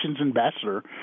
ambassador